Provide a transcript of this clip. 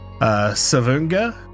Savunga